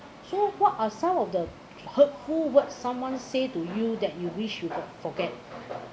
so what are some of the hurtful word someone say to you that you wish you could forget